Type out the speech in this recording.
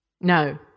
No